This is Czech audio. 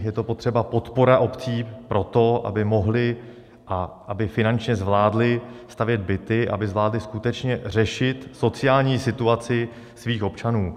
Je to podpora obcím pro to, aby mohly a finančně zvládly stavět byty, aby zvládly skutečně řešit sociální situaci svých občanů.